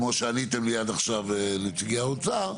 כמו שעניתם לי עד עכשיו נציגי האוצר,